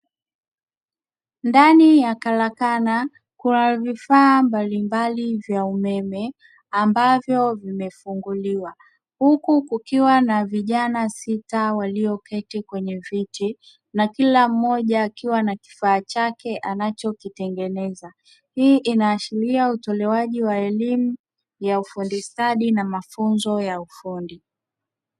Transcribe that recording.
Ndani ya karakana kuna vifaa mbalimbali vya umeme ambavyo vimefunguliwa, huku kukiwa na vijana sita walioketi kwenye viti, na kila mmoja akiwa na kifaa chake anachokitengeneza. Hii inaashiria utolewaji wa elimu ya ufundi stadi na mafunzo ya ufundi.